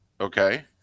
Okay